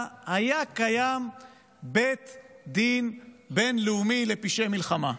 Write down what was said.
היה קיים בית דין בין-לאומי לפשעי מלחמה.